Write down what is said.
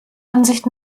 ansicht